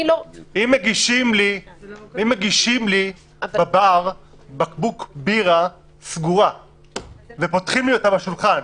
אם מגישים לי בבר בקבוק בירה סגורה ופותחים לי אותה בשולחן,